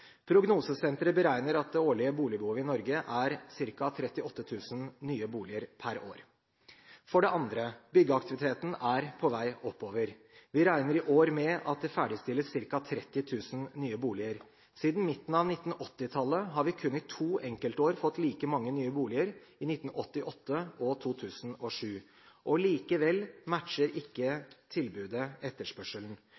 Prognosesenteret beregner at det årlige boligbehovet i Norge er ca. 38 000 nye boliger per år. For det andre: Byggeaktiviteten er på vei oppover. Vi regner i år med at det ferdigstilles ca. 30 000 nye boliger. Siden midten av 1980-tallet har vi kun i to enkeltår fått like mange nye boliger, i 1988 og i 2007. Likevel matcher